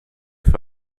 für